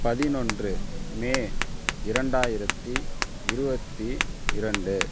பதினொன்று மே இரண்டாயிரத்தி இருபத்தி இரண்டு